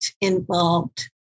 involved